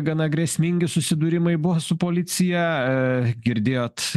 gana grėsmingi susidūrimai buvo su policija e girdėjot